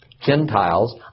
Gentiles